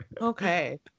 okay